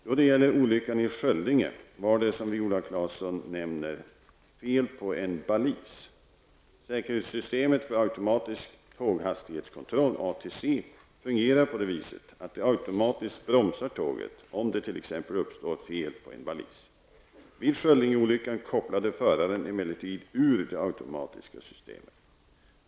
Då det gäller olyckan i Sköldinge var det, som Viola Claesson nämner, fel på en balis. Säkerhetssystemet för automatisk tåghastighetskontroll, ATC, fungerar på det viset att det automatiskt bromsar tåget, om det t.ex. uppstår fel på en balis. Vid Sköldingeolyckan kopplade föraren emellertid ur det automatiska systemet.